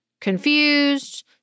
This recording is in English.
confused